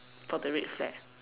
for the red flag